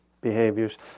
behaviors